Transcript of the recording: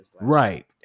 right